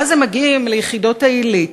ואז הם מגיעים ליחידות העילית,